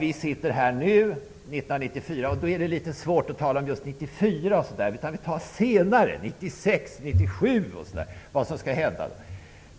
Vi sitter här nu 1994 och då är det litet svårt att tala om just 1994, utan då talar vi i stället om vad som skall hända längre fram såsom 1996, 1997 och liknande.